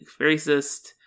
racist